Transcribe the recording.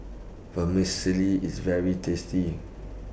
Vermicelli IS very tasty